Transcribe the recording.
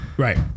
Right